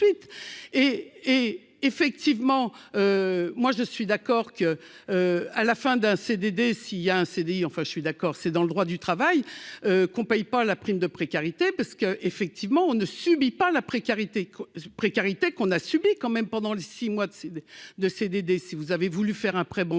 et effectivement, moi je suis d'accord que à la fin d'un CDD, si il y a un CDI, enfin, je suis d'accord, c'est dans le droit du travail qu'on paye pas la prime de précarité parce que effectivement on ne subit pas la précarité précarité qu'on a subi quand même pendant les 6 mois de CD de CDD, si vous avez voulu faire un prêt bancaire